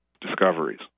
discoveries